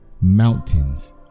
mountains